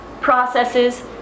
processes